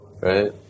right